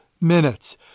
minutes